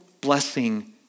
blessing